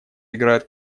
играют